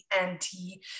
anti